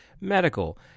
medical